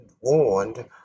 warned